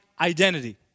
identity